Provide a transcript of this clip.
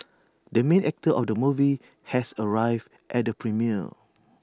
the main actor of the movie has arrived at the premiere